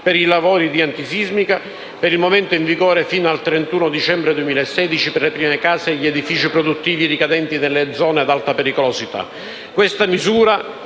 per i lavori di antisismica, per il momento in vigore fino al 31 dicembre 2016, per le prime case e gli edifici produttivi ricadenti nelle zone sismiche ad alta pericolosità.